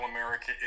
America